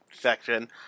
section